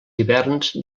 hiverns